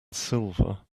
silver